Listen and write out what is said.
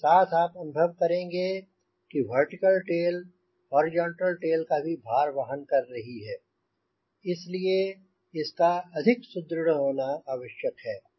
इसके साथ आप अनुभव करेंगे वर्टिकल टेल हॉरिजॉन्टल टेल का भी भार वाहन कर रही है इसलिए इसका अधिक सुदृढ़ होना आवश्यक है